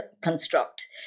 construct